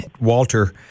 Walter